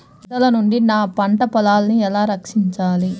వరదల నుండి నా పంట పొలాలని ఎలా రక్షించాలి?